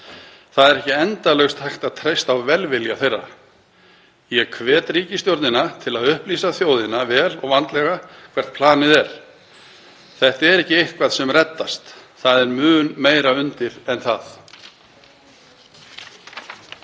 Það er ekki endalaust hægt að treysta á velvilja þeirra. Ég hvet ríkisstjórnina til að upplýsa þjóðina vel og vandlega um það hvert planið er. Þetta er ekki eitthvað sem reddast, það er mun meira undir en það.